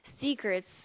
secrets